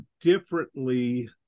differently